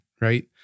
right